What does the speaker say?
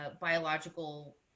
biological